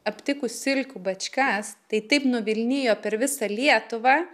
aptikus silkių bačkas tai taip nuvilnijo per visą lietuvą